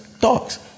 dogs